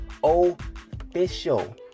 official